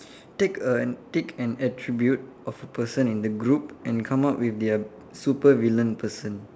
take a take an attribute of a person in the group and come up with their super villain person